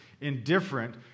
indifferent